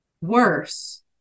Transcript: worse